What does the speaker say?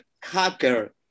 hacker